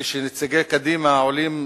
כשנציגי קדימה עולים,